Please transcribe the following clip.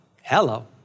Hello